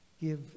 give